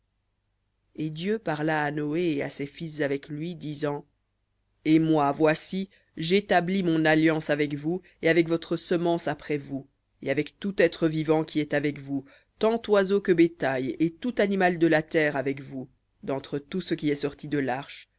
et dieu parla à noé et à ses fils avec lui disant et moi voici j'établis mon alliance avec vous et avec votre semence après vous et avec tout être vivant qui est avec vous tant oiseaux que bétail et tout animal de la terre avec vous d'entre tout ce qui est sorti de l'arche